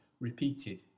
repeated